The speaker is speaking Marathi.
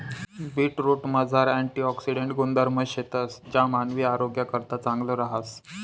बीटरूटमझार अँटिऑक्सिडेंट गुणधर्म शेतंस ज्या मानवी आरोग्यनाकरता चांगलं रहास